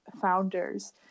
founders